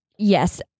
Yes